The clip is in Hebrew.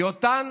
כי אותן